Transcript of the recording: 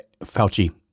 Fauci